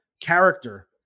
character